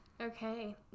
Okay